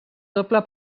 doble